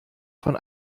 von